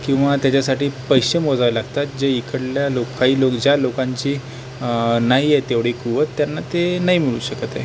किंवा त्याच्यासाठी पैसे मोजावे लागतात जे इकडल्या लोकां काही लोक ज्या लोकांची नाही आहे तेवढी कुवत त्यांना ते नाही मिळू शकत आहे